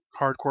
hardcore